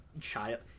child